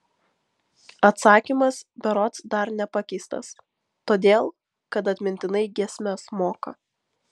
atsakymas berods dar nepakeistas todėl kad atmintinai giesmes moka